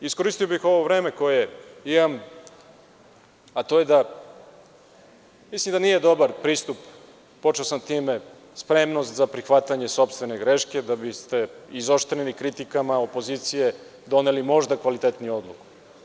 Iskoristio bih ovo vreme koje imam da kažem da mislim da nije dobar pristup, počeo sam time, spremnost za prihvatanje sopstvene greške, da biste, izoštreni kritikama opozicije, doneli možda kvalitetniju odluku.